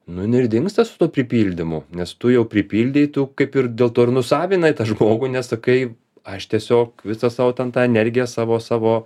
nu jinai ir dingsta su tuo pripildymu nes tu jau pripildei tu kaip ir dėl to ir nusavinai tą žmogų nes sakai aš tiesiog visą savo ten tą energiją savo savo